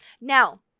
now